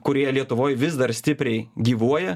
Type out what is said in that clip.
kurie lietuvoj vis dar stipriai gyvuoja